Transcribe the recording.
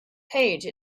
page